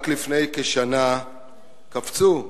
רק לפני כשנה קפצו החברים,